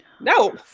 no